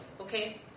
okay